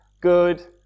good